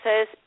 says